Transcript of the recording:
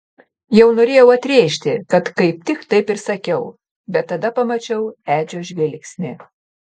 jau norėjau atrėžti kad kaip tik taip ir sakiau bet tada pamačiau edžio žvilgsnį